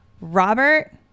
Robert